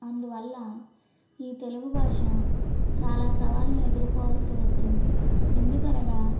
అందువల్ల ఈ తెలుగు భాష చాలా సవాళ్ళను ఎదుర్కోవాల్సి వస్తుంది ఎందుకనగా